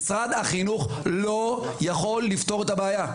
משרד החינוך לא יכול לפתור את הבעיה,